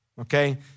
Okay